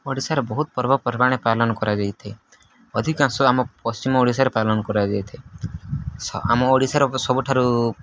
ଓଡ଼ିଶାରେ ବହୁତ ପର୍ବପର୍ବାଣି ପାଳନ କରାଯାଇଥାଏ ଅଧିକାଂଶ ଆମ ପଶ୍ଚିମ ଓଡ଼ିଶାରେ ପାଳନ କରାଯାଇଥାଏ ଆମ ଓଡ଼ିଶାର ସବୁଠାରୁ